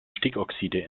stickoxide